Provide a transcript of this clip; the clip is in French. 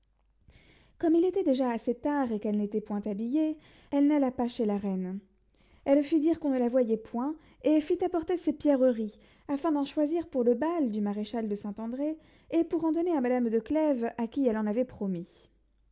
comme il était déjà assez tard et qu'elle n'était point habillée elle n'alla pas chez la reine elle fit dire qu'on ne la voyait point et fit apporter ses pierreries afin d'en choisir pour le bal du maréchal de saint-andré et pour en donner à madame de clèves à qui elle en avait promis